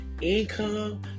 income